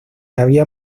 había